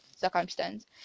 circumstance